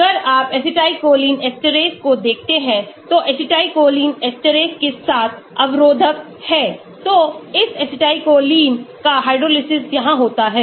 अगर आप acetylcholine esterase को देखते हैं तो एसिटाइलकोलाइन एस्टरेज़ के लिए अवरोधक हैं तो इस एसिटाइलकोलाइन का हाइड्रोलिसिस यहां होता है